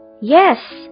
Yes